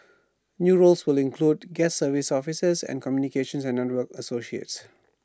new roles will include guest services officers and communication and network associates